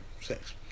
Sex